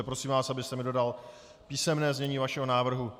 Prosím, abyste mi dodal písemné znění vašeho návrhu.